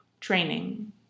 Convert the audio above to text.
Training